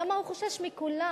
למה הוא חושש מכולם,